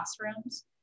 classrooms